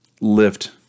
lift